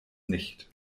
nicht